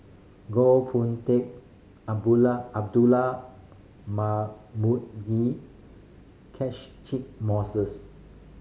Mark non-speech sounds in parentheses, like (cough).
Goh Boon Teck (unintelligible) Abdullah Marmugi (unintelligible) Moses